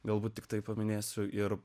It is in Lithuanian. galbūt tiktai paminėsiu ir